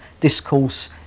discourse